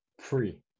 free